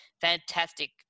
Fantastic